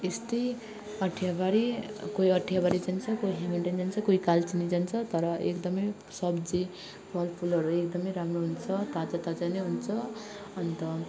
यस्तै अठियाबारी कोही अठियाबारी जान्छ कोही हेमिल्टन जान्छ कोही कालचिनी जान्छ तर एकदमै सब्जी फलफूलहरू एकदमै राम्रो हुन्छ ताजा ताजा नै हुन्छ अन्त